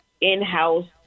in-house